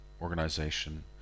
organization